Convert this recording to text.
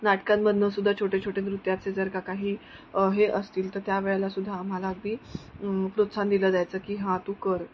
नाटकांमधूनसुद्धा छोटे छोटे नृत्याचे जर का काही हे असतील तर त्या वेळेलासुद्धा आम्हाला अगदी प्रोत्साहन दिलं जायचं की हां तू कर